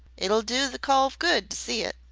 it'll do the cove good to see it.